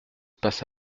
passe